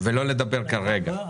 ולא לדבר כרגע,